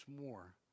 more